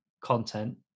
content